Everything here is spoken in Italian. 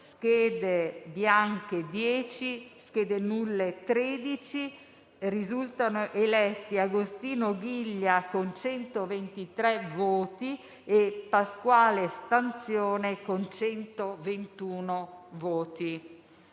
Schede bianche | 10 || Schede nulle | 13 | Proclamo eletti Agostino Ghiglia, con 123 voti, e Pasquale Stanzione, con 121 voti.